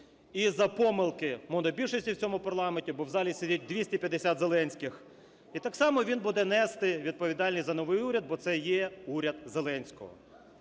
і за помилки монобільшості в цьому парламенті, бо в залі сидять 250 "зеленських", і так само він буде нести відповідальність за новий уряд, бо це є уряд Зеленського.